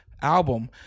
album